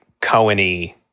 Cohen-y